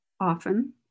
often